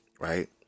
right